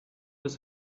with